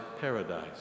paradise